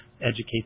educate